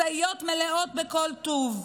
משאיות מלאות בכל טוב.